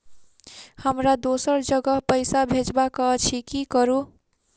हमरा दोसर जगह पैसा भेजबाक अछि की करू?